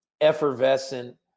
effervescent